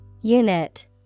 Unit